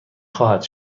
خواهد